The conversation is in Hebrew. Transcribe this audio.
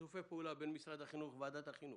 שיתופי פעולה בין משרד החינוך ו-וועדת החינוך,